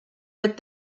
with